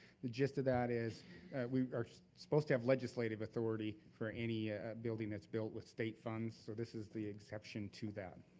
the gist of that is we are supposed to have legislative authority for any buildings that built with state funds, so this is the exception to that.